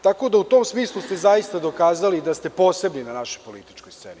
Tako da ste u tom smislu zaista dokazali da ste posebni na našoj političkoj sceni.